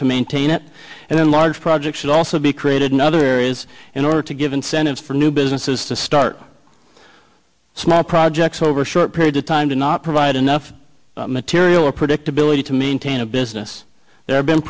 to maintain it and then large projects should also be created in other areas in order to give incentives for new businesses to start small projects over short period of time did not provide enough material or predictability to maintain a business there have been